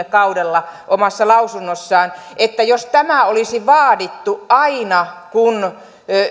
kaudella omassa lausunnossaan että jos tämä olisi vaadittu aina kun